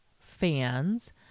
fans